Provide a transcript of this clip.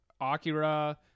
Akira